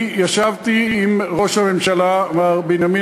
אני ישבתי עם ראש הממשלה מר בנימין